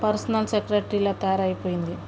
personal సెక్రటరీలాగా తయారైపోయింది